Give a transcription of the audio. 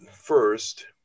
first